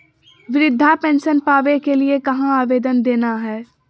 वृद्धा पेंसन पावे के लिए कहा आवेदन देना है?